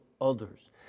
others